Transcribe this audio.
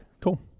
Cool